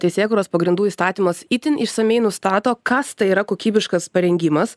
teisėkūros pagrindų įstatymas itin išsamiai nustato kas tai yra kokybiškas parengimas